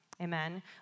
Amen